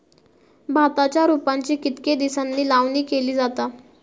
भाताच्या रोपांची कितके दिसांनी लावणी केली जाता?